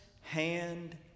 hand